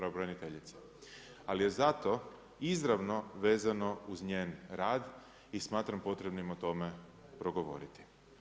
Ali, je zato, izravno vezano uz njen rad i smatram potrebnim o tome progovoriti.